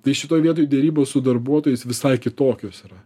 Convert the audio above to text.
tai šitoj vietoj derybos su darbuotojais visai kitokios yra